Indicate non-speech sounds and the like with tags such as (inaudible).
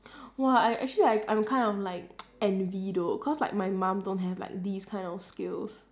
!wah! I actually I I'm kind of like (noise) envy though cause like my mum don't have like these kind of skills